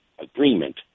agreement